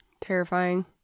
Terrifying